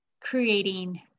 creating